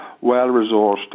well-resourced